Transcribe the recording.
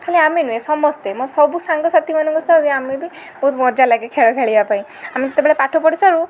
ଖାଲି ଆମେ ନୁହେଁ ସମସ୍ତେ ମୋର ସବୁ ସାଙ୍ଗସାଥୀ ମାନଙ୍କ ସହ ଆମେ ବି ବହୁତ ମଜା ଲାଗେ ଖେଳିବା ପାଇଁ ଆମେ ଯେତେବେଳେ ପାଠ ପଢ଼ି ସାରୁ